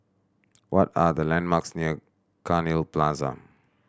what are the landmarks near Cairnhill Plaza